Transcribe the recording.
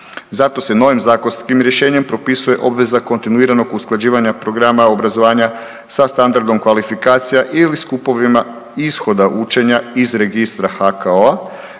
Zato se novim zakonskim rješenjem propisuje obveza kontinuiranog usklađivanja programa obrazovanja sa standardom kvalifikacija ili skupovima ishoda učenja iz Registra HKO-a